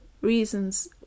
reasons